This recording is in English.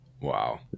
wow